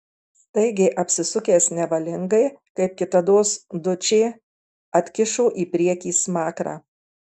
staigiai apsisukęs nevalingai kaip kitados dučė atkišo į priekį smakrą